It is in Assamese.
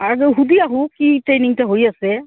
আৰু সুধি আহোঁ কি ট্ৰেইনিংটো হৈ আছে